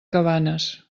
cabanes